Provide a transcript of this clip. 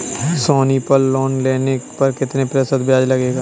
सोनी पल लोन लेने पर कितने प्रतिशत ब्याज लगेगा?